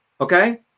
okay